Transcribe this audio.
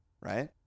Right